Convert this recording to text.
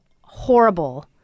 horrible